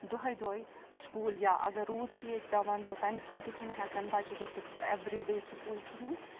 دۄہے دۄہَے سکوٗل یا اگر روٗد چھِ ییٚتہِ پٮ۪وان تہٕ تَمہِ کِنۍ تہِ چھِنہٕ ہٮ۪کان بَچہِ گٔژھِتھ ایوری ڈے سکوٗل کِہیٖنۍ